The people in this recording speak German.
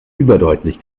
überdeutlich